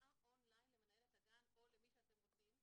התראה און-ליין למנהלת הגן או למי שאתם רוצים.